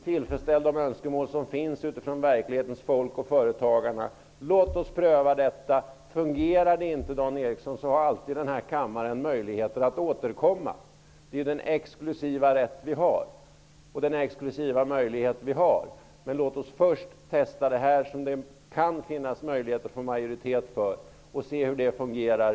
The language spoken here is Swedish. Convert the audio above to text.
Tillfredsställ de önskemål som finns från verklighetens folk, från företagarna! Låt oss pröva detta. Fungerar det inte, Dan Eriksson, har kammaren alltid möjlighet att återkomma. Det är vår exklusiva rätt och möjlighet. Men låt oss först testa det här, som det kan finnas möjlighet att få majoritet för, och se hur det fungerar.